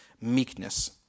meekness